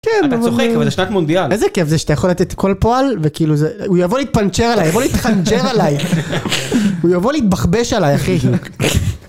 אתה צוחק אבל זאת שנת מונדיאל. איזה כיף זה שאתה יכול לתת כל פועל וכאילו הוא יבוא להתפנצ'ר עליי, הוא יבוא להתחנג'ר עליי, הוא יבוא להתבכבש עליי אחי.